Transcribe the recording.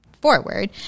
forward